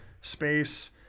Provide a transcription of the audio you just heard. space